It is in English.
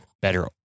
better